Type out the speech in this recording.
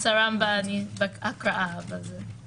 דיון לפי סעיף 144 אני חושב שגם חייב להיות.